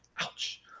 Ouch